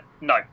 no